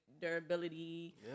durability